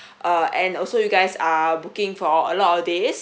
uh and also you guys are booking for a lot of this